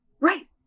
Right